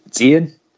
Ian